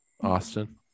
Austin